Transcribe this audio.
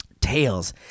Tails